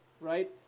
right